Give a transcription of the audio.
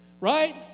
Right